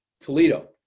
Toledo